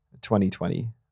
2020